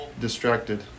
distracted